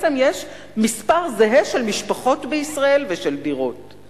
יש מספר זהה של משפחות ושל דירות בישראל.